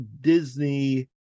Disney